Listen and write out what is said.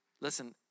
listen